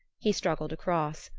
he struggled across,